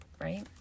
right